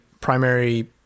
primary